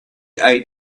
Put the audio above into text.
ate